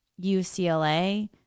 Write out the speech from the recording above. UCLA